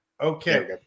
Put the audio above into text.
Okay